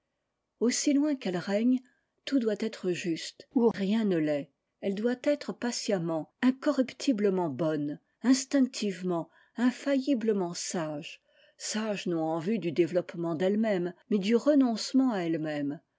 aussi loin qu'elle règne tout doit être juste ou rien ne l'est elle doit être patiemment incorruptiblement bonne instinctivement infailliblement sage sage non en vue du développement d'elle-même mais du renoncement à elle-même